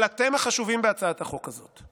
אבל אתם חשובים בהצעת החוק הזאת,